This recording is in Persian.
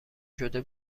شده